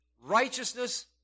righteousness